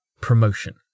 Promotion